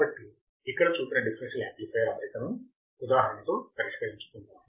కాబట్టి ఇక్కడ చూపిన డిఫరెన్షియల్ యాంప్లిఫైయర్ అమరికను ఉదాహరణతో పరిష్కరించుకుందాం